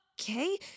Okay